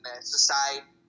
society